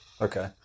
Okay